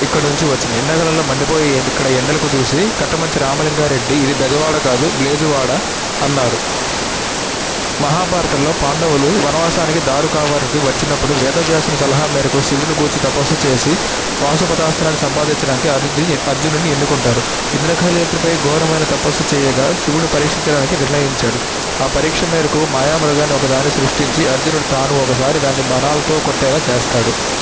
ఇక్కడ నుంచి వచ్చింది ఎండాకాలలో మండిపోయి ఎండ ఇక్కడ ఎండలకు చూసి కట్టమంచు రామలింగారెడ్డి ఇది బెజవాడ కాదు బ్లేజువాడ అన్నారు మహాభారతంలో పాండవులు వనవాసానికి దారుకావారికి వచ్చినప్పుడు వేద వ్యాసుని సలహా మేరకు శివుని గూర్చి తపస్సు చేసి పాశుపత అస్త్రాన్ని సంపాదించడానికి అజిజి అర్జునుడిని ఎన్నుకుంటారు ఇంద్రకాళీ ఎత్తుపై ఘోరమైన తపస్సు చేయగా శివుడు పరీక్షించడానికి నిర్ణయించాడు ఆ పరీక్ష మేరకు మాయా మృగాన్ని ఒకదాని సృష్టించి అర్జునుడు తాను ఒకసారి దాన్ని బాణాలతో కొట్టేలా చేస్తాడు